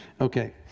Okay